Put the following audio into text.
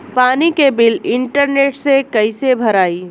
पानी के bill internet से कइसे भराई?